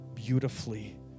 Beautifully